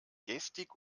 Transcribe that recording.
gestik